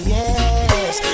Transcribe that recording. yes